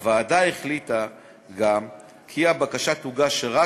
הוועדה החליטה גם כי הבקשה תוגש רק